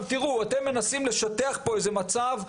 תראו, אתם מנסים לשטח פה איזה מצב.